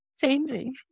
changing